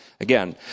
Again